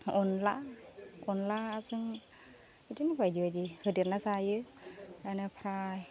अनला अनलाजों बिदिनो बायदि बायदि होदेरना जायो बेनिफ्राय